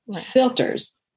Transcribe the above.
filters